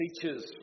teachers